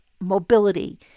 mobility